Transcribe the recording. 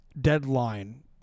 Deadline